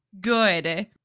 good